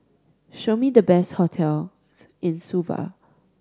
show me the best hotels in Suva